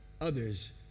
others